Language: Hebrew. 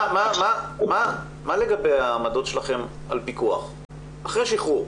מה לגבי העמדות שלכם על פיקוח, אחרי שחרור?